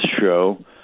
show